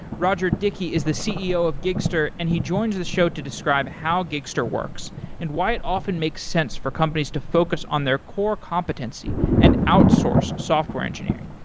roger dickey is the ceo of gigster and he joins the show to describe how gigster works and why it often makes sense for companies to focus on their core competency and outsourced software engineering.